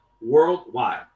Worldwide